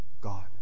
God